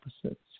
opposites